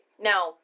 now